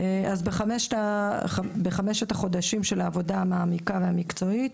בחמשת החודשים של העבודה המעמיקה והמקצועית,